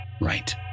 Right